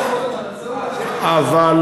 היום